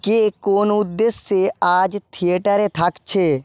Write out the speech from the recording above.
কে কোন উদ্দেশ্যে আজ থিয়েটারে থাকছে